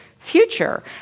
future